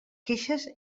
queixes